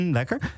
lekker